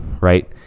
right